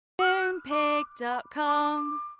Moonpig.com